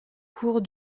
cours